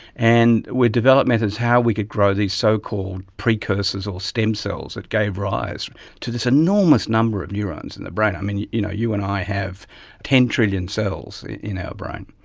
and we've developed methods, how we can grow these so-called precursors or stem cells that gave rise to this enormous number of neurons in the brain. um and you you know you and i have ten trillion cells in our brain,